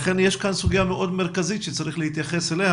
לכן יש כאן סוגיה מאוד מרכזית שהרלב"ד צריך להתייחס אליה.